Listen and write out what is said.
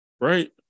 Right